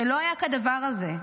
לא היה כדבר הזה.